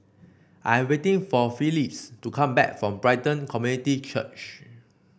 I'm waiting for Phylis to come back from Brighton Community Church